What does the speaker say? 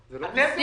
אחרות,